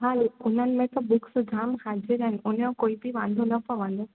हा लेकिन उन्हनि में त बुक्स जाम हाज़िर आहिनि उनजो कोई बि वांदो न पवंदो